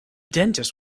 dentist